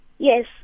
Yes